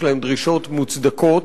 יש להן דרישות מוצדקות.